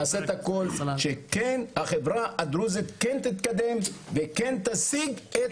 נעשה את הכל כדי שהחברה הדרוזית תתקדם ותשיג את